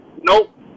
Nope